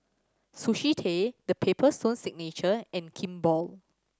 Sushi Tei The Paper Stone Signature and Kimball